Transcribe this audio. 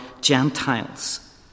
Gentiles